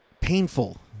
painful